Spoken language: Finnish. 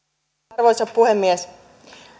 arvoisa rouva puhemies